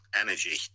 energy